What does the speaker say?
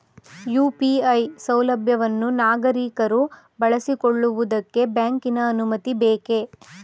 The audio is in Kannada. ಯು.ಪಿ.ಐ ಸೌಲಭ್ಯವನ್ನು ನಾಗರಿಕರು ಬಳಸಿಕೊಳ್ಳುವುದಕ್ಕೆ ಬ್ಯಾಂಕಿನ ಅನುಮತಿ ಬೇಕೇ?